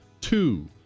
two